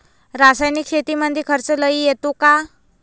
रासायनिक शेतीमंदी खर्च लई येतो का?